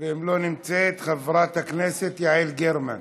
אם היא לא נמצאת, חברת הכנסת יעל גרמן.